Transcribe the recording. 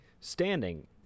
standing